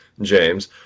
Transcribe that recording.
James